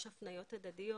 יש הפניות הדדיות.